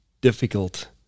difficult